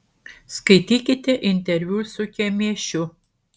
skaitykite interviu su kemėšiu